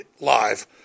live